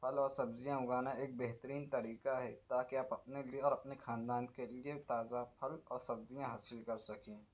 پھل اور سبزیاں اگانا ایک بہترین طریقہ ہے تاکہ آپ اپنے لیے اور اپنے خاندان کے لیے تازہ پھل اور سبزیاں حاصل کر سکیں